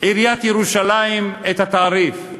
עיריית ירושלים את התעריף?